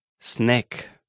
Snack